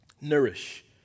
nourish